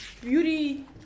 beauty